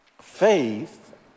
Faith